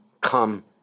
come